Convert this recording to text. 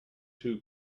too